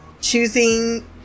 choosing